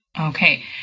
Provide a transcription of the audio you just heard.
Okay